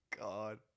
God